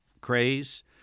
craze